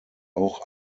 auch